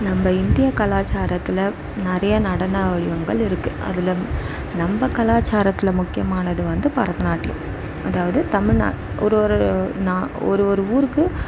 நம்ம இந்தியா கலாச்சாரத்தில் நிறைய நடன வடிவங்கள் இருக்குது அதில் நம்ம கலாச்சாரத்தில் முக்கியமானது வந்து பரதநாட்டியம் அதாவது தமிழ்நா ஒரு ஒரு நா ஒரு ஒரு ஊருக்கு